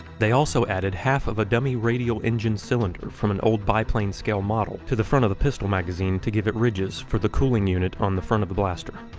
they also added half of a dummy radial engine cylinder from an old bi-plane scale model to the front of the pistol magazine to give it ridges for the cooling unit on the front of the blaster.